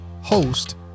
host